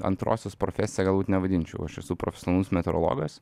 antrosios profesija galbūt nevadinčiau aš esu profesionalus meteorologas